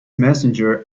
messengers